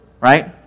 right